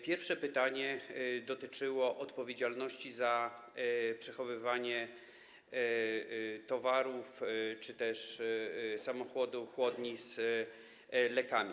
Pierwsze pytanie dotyczyło odpowiedzialności za przechowywanie towarów czy też samochodu chłodni z lekami.